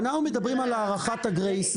אנחנו מדברים על הארכת הגרייס.